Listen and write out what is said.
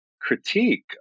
critique